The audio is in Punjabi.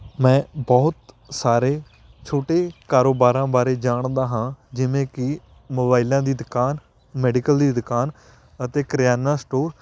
ਮੈਂ ਬਹੁਤ ਸਾਰੇ ਛੋਟੇ ਕਾਰੋਬਾਰਾਂ ਬਾਰੇ ਜਾਣਦਾ ਹਾਂ ਜਿਵੇਂ ਕਿ ਮੋਬਾਈਲਾਂ ਦੀ ਦੁਕਾਨ ਮੈਡੀਕਲ ਦੀ ਦੁਕਾਨ ਅਤੇ ਕਰਿਆਨਾ ਸਟੋਰ